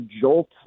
jolt